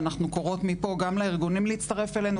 ואנחנו קוראות מפה גם לארגונים להצטרף אלינו